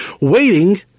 waiting